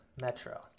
Metro